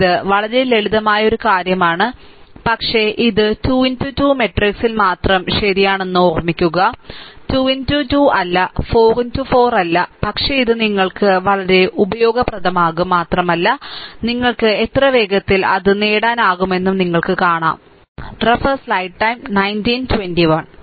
ഇത് വളരെ ലളിതമായ ഒരു കാര്യമാണ് പക്ഷേ ഇത് 2 2 മാട്രിക്സിൽ മാത്രം ശരിയാണെന്ന് ഓർമ്മിക്കുക 2 2 അല്ല 4 4 അല്ല പക്ഷേ ഇത് നിങ്ങൾക്ക് വളരെ ഉപയോഗപ്രദമാകും മാത്രമല്ല നിങ്ങൾക്ക് എത്ര വേഗത്തിൽ അത് നേടാനാകുമെന്ന് നിങ്ങൾ കാണും നിങ്ങൾ എന്തുചെയ്യും